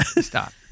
Stop